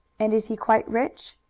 and is he quite rich?